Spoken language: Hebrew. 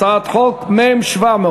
הצעת חוק מ/700,